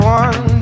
one